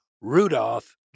Rudolph